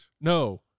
No